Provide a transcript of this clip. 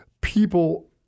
people